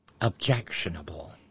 Objectionable